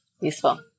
Useful